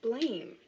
Blame